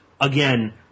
again